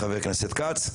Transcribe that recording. חבר הכנסת כץ,